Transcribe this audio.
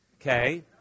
Okay